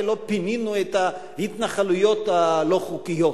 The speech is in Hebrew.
ולא פינינו את ההתנחלויות הלא-חוקיות,